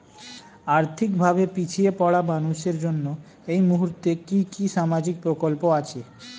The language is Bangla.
আর্থিক ভাবে পিছিয়ে পড়া মানুষের জন্য এই মুহূর্তে কি কি সামাজিক প্রকল্প আছে?